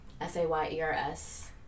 S-A-Y-E-R-S